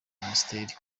minisiteri